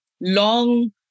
long